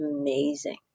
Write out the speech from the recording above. amazing